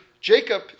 Jacob